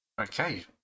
Okay